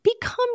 become